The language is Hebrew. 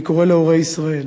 אני קורא להורי ישראל: